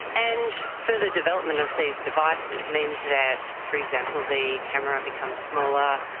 and further development of these devices means that, for example, the camera becomes smaller,